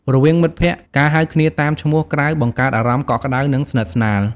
រវាងមិត្តភក្តិ ការហៅគ្នាតាមឈ្មោះក្រៅបង្កើតអារម្មណ៍កក់ក្ដៅ និងស្និទ្ធស្នាល។